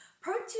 protein